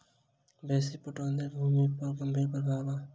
बेसी पटौनी सॅ भूमि पर गंभीर प्रभाव पड़ल